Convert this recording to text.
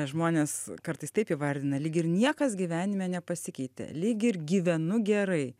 žmonės kartais taip įvardina lyg ir niekas gyvenime nepasikeitė lyg ir gyvenu gerai